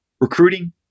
recruiting